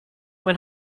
when